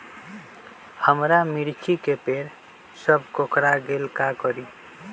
हमारा मिर्ची के पेड़ सब कोकरा गेल का करी?